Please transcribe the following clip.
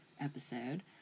episode